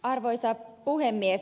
arvoisa puhemies